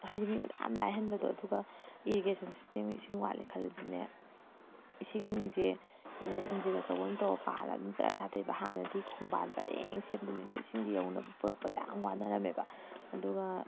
ꯍꯥꯏꯗꯤ ꯃꯤꯉꯣꯟꯗ ꯌꯥꯝꯅ ꯂꯥꯏꯍꯟꯕꯗꯣ ꯑꯗꯨꯒ ꯏꯔꯤꯒꯦꯁꯟ ꯁꯤꯁꯇꯦꯝꯒꯤ ꯏꯁꯤꯡ ꯋꯥꯠꯂꯦ ꯈꯜꯂꯁꯤꯅꯦ ꯏꯁꯤꯡꯁꯦ ꯏꯟꯖꯤꯟ ꯑꯆꯧꯕ ꯑꯝ ꯇꯧꯔꯒ ꯄꯥꯜꯂꯒ ꯑꯗꯨꯝ ꯖꯔ ꯊꯥꯗꯩꯕ ꯍꯥꯟꯅꯗꯤ ꯈꯣꯡꯕꯥꯟ ꯄꯔꯦꯡ ꯁꯦꯝꯗꯣꯏꯅꯦ ꯑꯗꯨꯗꯩ ꯏꯁꯤꯡꯁꯦ ꯌꯧꯅꯕ ꯄꯨꯔꯛꯄꯗ ꯌꯥꯝꯅ ꯋꯥꯅꯔꯝꯃꯦꯕ ꯑꯗꯨꯒ